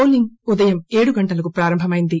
polling ఉదయం ఏడు గంటలకు ప్రారంభమైంది